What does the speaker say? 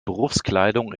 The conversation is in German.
berufskleidung